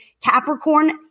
Capricorn